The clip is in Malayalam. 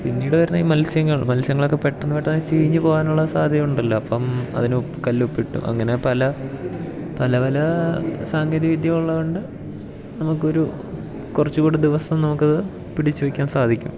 പിന്നീട് വരുന്ന ഈ മത്സ്യങ്ങൾ മത്സ്യങ്ങളൊക്കെ പെട്ടെന്ന് പെട്ടെന്ന് ചീഞ്ഞ് പോകാനുള്ള സാധ്യത ഉണ്ടല്ല അപ്പം അതിനു കല്ലുപ്പിട്ടും അങ്ങനെ പല പല പല സാങ്കേതിക വിദ്യ ഉള്ളതു കൊണ്ട് നമുക്കൊരു കുറച്ചു കൂടി ദിവസം നമുക്കത് പിടിച്ചു വെക്കാൻ സാധിക്കും